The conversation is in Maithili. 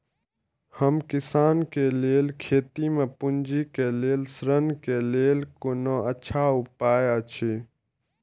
हम किसानके लेल खेती में पुंजी के लेल ऋण के लेल कोन अच्छा उपाय अछि?